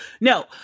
No